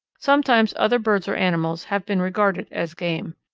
sometimes other birds or animals have been regarded as game.